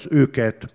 őket